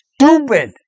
stupid